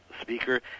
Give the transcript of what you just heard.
speaker